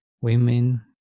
women